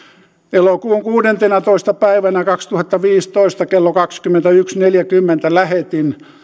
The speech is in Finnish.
elokuun kuudentenatoista päivänä kaksituhattaviisitoista kello kaksikymmentäyksi neljänkymmenen lähetin